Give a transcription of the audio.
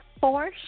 four